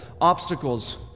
obstacles